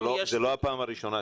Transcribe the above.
אם יש --- זו לא הפעם הראשונה.